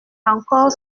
encore